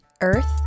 earth